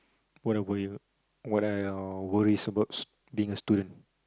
what I worry what I uh worries about being a student